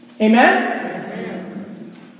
Amen